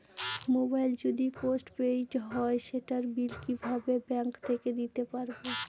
Mobile যদি post paid হয় সেটার বিল কিভাবে ব্যাংক থেকে দিতে পারব?